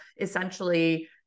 essentially